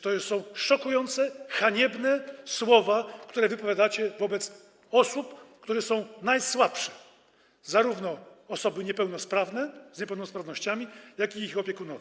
To są szokujące, haniebne słowa, które wypowiadacie wobec osób, które są najsłabsze - zarówno chodzi o osoby niepełnosprawne, z niepełnosprawnościami, jak i ich opiekunów.